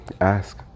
ask